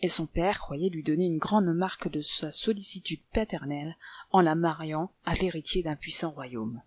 et son père croyait lui donner une grande marque de sa sollicitude paternelle en la mariant avec l'héritier d'un puissant royaume